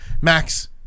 Max